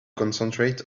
concentrate